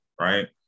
Right